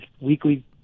weekly